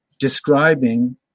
describing